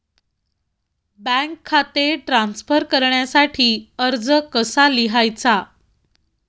Bank खाते transfer करण्यासाठी अर्ज कसा लिहायचा?